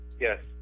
Yes